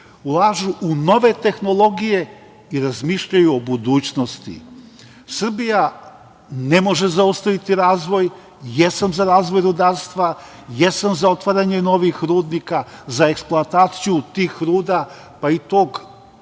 ulažu u nove tehnologije i razmišljaju o budućnosti. Srbija ne može zaustaviti razvoj. Jesam za razvoj rudarstva, jesam za otvaranje novih rudnika, za eksploataciju tih ruda, pa i tog